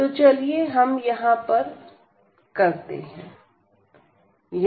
तो चलिए हम यहां पर करते हैं